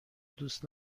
دوست